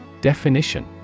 Definition